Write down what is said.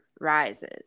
rises